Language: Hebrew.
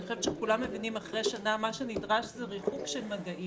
אני חושבת שכולם מבינים אחרי שנה שמה שנדרש זה ריחוק של מגעים